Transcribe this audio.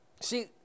See